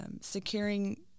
Securing